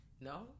no